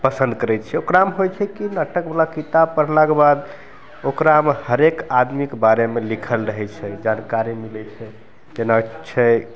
पसन्द करय छियै ओकरामे होइ छै कि नाटकवला किताब पढ़लाक बाद ओकरामे हरेक आदमीके बारेमे लिखल रहय छै जानकारी मिलय छै जेनाकि छै